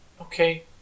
Okay